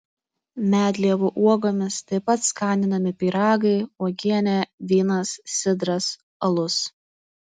medlievų uogomis taip pat skaninami pyragai uogienė vynas sidras alus